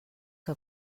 que